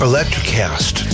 ElectroCast